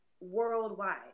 worldwide